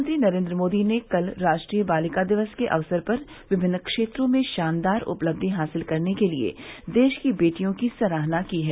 प्रधानमंत्री नरेन्द्र मोदी ने कल राष्ट्रीय बालिका दिवस के अवसर पर विभिन्न क्षेत्रों में शानदार उपलब्धि हासिल करने के लिए देश की बेटियों की सराहना की है